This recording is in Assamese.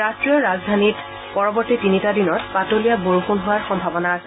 ৰাষ্ট্ৰীয় ৰাজধানীত পৰৱৰ্তী তিনিটা দিনত পাতলীয়া বৰষুণ হোৱাৰ সম্ভাৱনা আছে